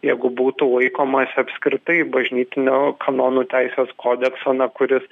jeigu būtų laikomasi apskritai bažnytinio kanonų teisės kodekso na kuris